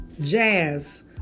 jazz